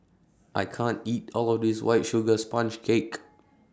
I can't eat All of This White Sugar Sponge Cake